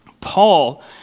Paul